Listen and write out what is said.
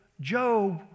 Job